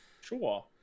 Sure